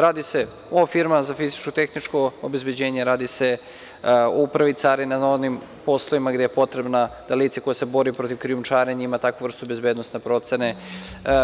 Radi se o firmama za fizičko-tehničko obezbeđenje, radi se o Upravi carina, na onim poslovima gde je potrebno da lice koje se bori protiv krijumčarenja ima takvu vrstu bezbednosne procene,